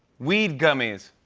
weed gummies.